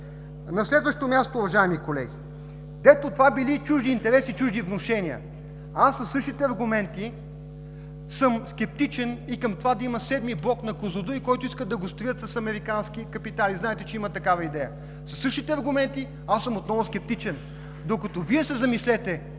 На следващо място, уважаеми колеги, дето това били чужди интереси и чужди внушения. Аз със същите аргументи съм скептичен и към това да има седми блок на „Козлодуй“, който искат да го строят с американски капитали. Знаете, че има такава идея. Със същите аргументи аз съм отново скептичен, докато Вие се замислете